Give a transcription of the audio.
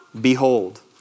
Behold